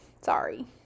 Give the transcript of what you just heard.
Sorry